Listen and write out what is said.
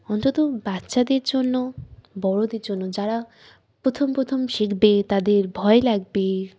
অন্তত বাচ্চাদের জন্য বড়দের জন্য যারা প্রথম প্রথম শিখবে তাদের ভয় লাগবে